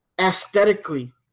aesthetically